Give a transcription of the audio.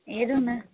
हेरौँ न